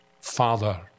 Father